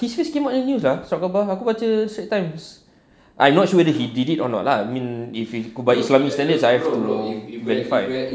his face came out in the news lah surat khabar aku baca straits times I not sure whether he did it or not lah I mean if he go by islamic standards I have to verify